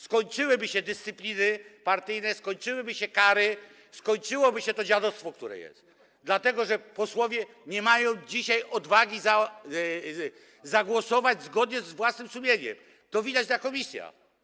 Skończyłyby się dyscypliny partyjne, skończyłyby się kary, skończyłoby się to dziadostwo, które jest, dlatego że posłowie nie mają dzisiaj odwagi zagłosować zgodnie z własnym sumieniem, to widać w komisjach.